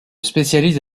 spécialise